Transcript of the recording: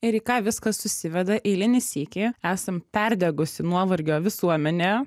ir į ką viskas susiveda eilinį sykį esam perdegusi nuovargio visuomenė